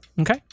Okay